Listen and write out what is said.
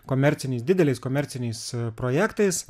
komerciniais dideliais komerciniais projektais